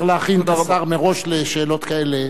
אבל צריך להכין את השר מראש לשאלות כאלה.